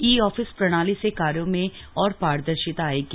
ई office प्रणाली से कार्यो में और पारदर्शिता आएगी